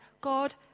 God